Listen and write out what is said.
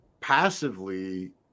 passively